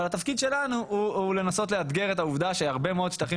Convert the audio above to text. אבל התפקיד שלנו הוא לנסות לאתגר את העובדה שהרבה מאוד שטחים